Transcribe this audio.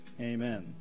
Amen